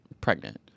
pregnant